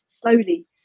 slowly